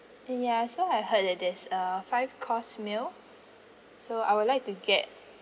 uh ya so I heard that there's a five course meal so I would like to get